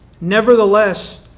Nevertheless